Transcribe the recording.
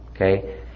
okay